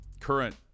current